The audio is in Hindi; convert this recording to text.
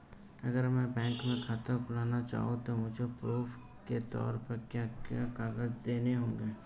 अगर मैं बैंक में खाता खुलाना चाहूं तो मुझे प्रूफ़ के तौर पर क्या क्या कागज़ देने होंगे?